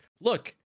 Look